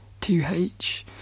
2h